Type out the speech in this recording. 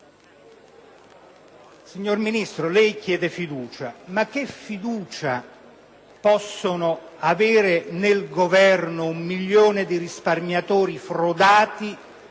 Signor Ministro, lei chiede fiducia. Ma quale fiducia può avere nel Governo quel milione di risparmiatori frodati